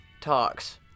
talks